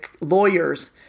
lawyers